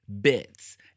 bits